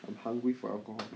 I'm hungry for alcohol